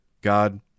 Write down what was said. God